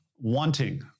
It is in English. wanting